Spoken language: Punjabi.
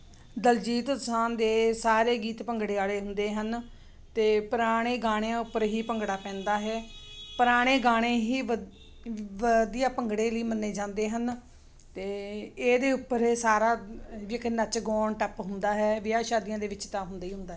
ਦਲਜੀਤ ਦੌਸਾਂਝ ਦੇ ਸਾਰੇ ਗੀਤ ਭੰਗੜੇ ਵਾਲੇ ਹੁੰਦੇ ਹਨ ਅਤੇ ਪੁਰਾਣੇ ਗਾਣਿਆਂ ਉੱਪਰ ਹੀ ਭੰਗੜਾ ਪੈਂਦਾ ਹੈ ਪੁਰਾਣੇ ਗਾਣੇ ਹੀ ਵਧ ਵਧੀਆ ਭੰਗੜੇ ਲਈ ਮੰਨੇ ਜਾਂਦੇ ਹਨ ਅਤੇ ਇਹਦੇ ਉੱਪਰ ਇਹ ਸਾਰਾ ਨੱਚ ਗਾਉਣ ਟੱਪ ਹੁੰਦਾ ਹੈ ਵਿਆਹ ਸ਼ਾਦੀਆਂ ਦੇ ਵਿੱਚ ਤਾਂ ਹੁੰਦਾ ਹੀ ਹੁੰਦਾ ਹੈ